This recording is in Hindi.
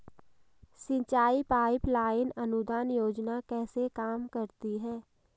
सिंचाई पाइप लाइन अनुदान योजना कैसे काम करती है?